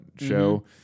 show